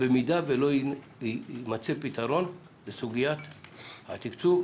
אם לא יימצא פתרון לסוגיית התקצוב.